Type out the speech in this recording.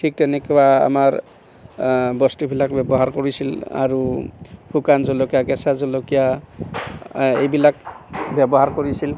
ঠিক তেনেকুৱা আমাৰ বস্তুবিলাক ব্যৱহাৰ কৰিছিল আৰু শুকান জলকীয়া কেঁচা জলকীয়া এইবিলাক ব্যৱহাৰ কৰিছিল